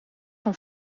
van